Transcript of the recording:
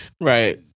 right